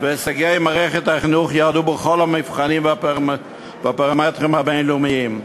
והישגי מערכת החינוך ירדו בכל המבחנים והפרמטרים הבין-לאומיים.